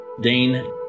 Dane